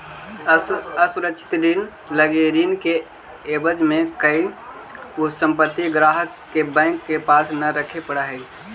असुरक्षित ऋण लगी ऋण के एवज में कोई संपत्ति ग्राहक के बैंक के पास न रखे पड़ऽ हइ